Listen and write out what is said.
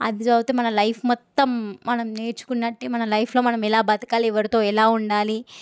అది చదివితే మన లైఫ్ మొత్తం మనం నేర్చుకున్నట్టే మన లైఫ్లో మనం ఎలా బ్రతకాలి ఎవరితో ఎలా ఉండాలి